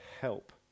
help